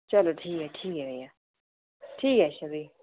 ते ठीक ऐ फ्ही ऐ अ'ऊं चलो ठीक ऐ ठीक ऐ भाईया